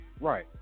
Right